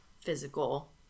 physical